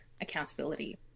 accountability